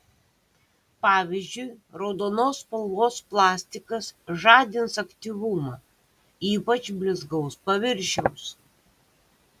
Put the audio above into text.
pavyzdžiui raudonos spalvos plastikas žadins aktyvumą ypač blizgaus paviršiaus